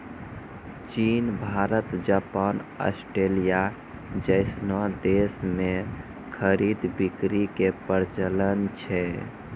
चीन Bharat Japan Australia जैसनो देश मे खरीद बिक्री के प्रचलन छै